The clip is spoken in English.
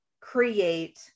create